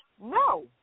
no